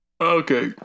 Okay